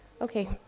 Okay